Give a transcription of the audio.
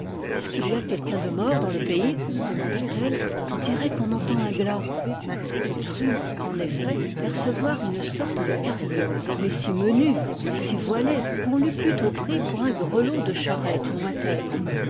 est-ce qu'il y a quelqu'un de mort dans le pays de manda t elle on dirait qu'on entend un glas nous crûmes en effet percevoir une sorte de carillon mais si menu si voilé qu'on l'eût plutôt pris pour un grelot de charrettes lointaines